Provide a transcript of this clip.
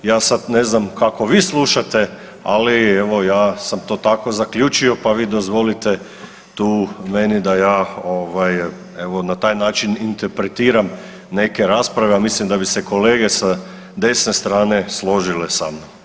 Ja sad ne znam kako vi slušate, ali evo ja sam to tako zaključio pa vi dozvolite tu meni da ja evo na taj način interpretiram neke rasprave, a mislim da bi se kolege sa desne strane složile sa mnom.